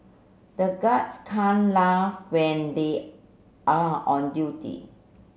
the guards can't laugh when they are on duty